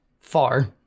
Far